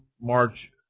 March